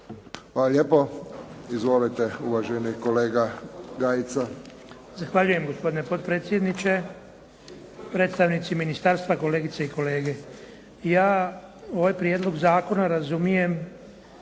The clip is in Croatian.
Hvala lijepo. Izvolite uvaženi kolega Gajica. **Gajica, Ratko (SDSS)** Zahvaljujem gospodine potpredsjedniče. Predstavnici ministarstva, kolegice i kolege. Ja ovaj prijedlog zakona razumijem